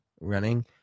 running